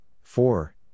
four